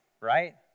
right